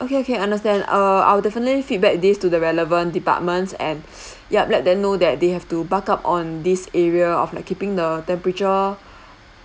okay okay understand err I'll definitely feedback this to the relevant departments and yup let them know that they have to buck up on this area of like keeping the temperature uh